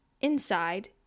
inside